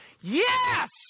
yes